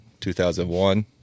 2001